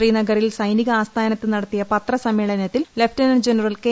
ശ്രീനഗറിൽ സൈനിക ആസ്ഥാനത്ത് നടത്തിയ പത്രസമ്മേളനത്തിൽ ലഫ്റ്റനന്റ് ജനറൽ കെ